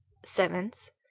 seventh.